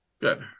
Good